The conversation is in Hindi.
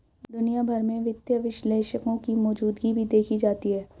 दुनिया भर में वित्तीय विश्लेषकों की मौजूदगी भी देखी जाती है